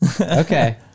Okay